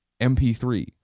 MP3